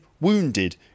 wounded